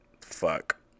fuck